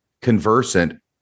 conversant